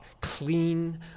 clean